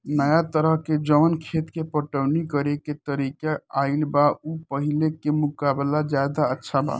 नाया तरह के जवन खेत के पटवनी करेके तरीका आईल बा उ पाहिले के मुकाबले ज्यादा अच्छा बा